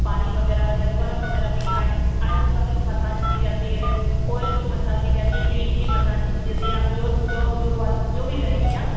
पानी वगैरह या बर्फ वगैरह आईस आईस वाली मसाज भी दी जाती है ओयल की मसाज दी जाती है क्रीम की मसाज भी दी जाती है आप जौन जो जो जो भी कहेंगी आप